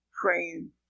praying